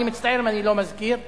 אני מצטער אם אני לא מזכיר אנשים,